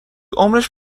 عمرش